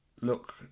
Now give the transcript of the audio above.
look